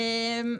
אוקיי.